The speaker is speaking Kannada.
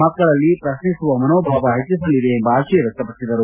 ಮಕ್ಕಳಲ್ಲಿ ಪ್ರಶ್ನಿಸುವ ಮನೋಭಾವ ಹೆಚ್ಚಿಸಲಿವೆ ಎಂಬ ಆಶಯ ವ್ಲಕ್ತಪಡಿಸಿದರು